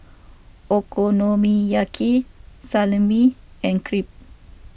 Okonomiyaki Salami and Crepe